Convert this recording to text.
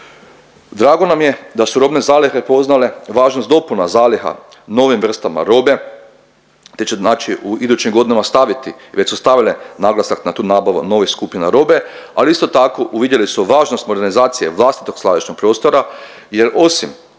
Drago nam je da su robne zalihe poznale važnost dopuna zaliha novim vrstama robe, te će naći, u idućim godinama staviti, već su stavile naglasak na tu nabavu nove skupine robe, ali isto tako uvidjeli su važnost organizacije vlastitog skladišnog prostora jer osim